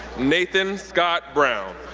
nathan scott brown,